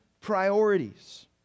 priorities